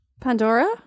Pandora